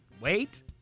wait